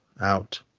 out